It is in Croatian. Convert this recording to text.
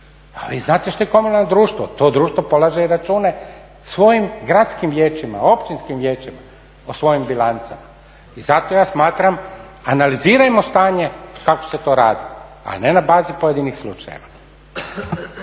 A vi znate što je komunalno društvo, to društvo polaže i račune svojim gradskim vijećima, općinskim vijećima o svojim bilancama. I zato ja smatram analizirajmo stanje kako se to radi ali ne na bazi pojedinih slučajeva.